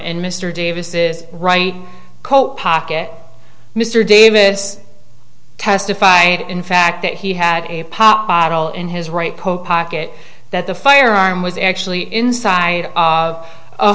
in mr davis's right coat pocket mr davis testified in fact that he had a pop bottle in his right coke pocket that the firearm was actually inside of